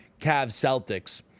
Cavs-Celtics